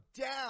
down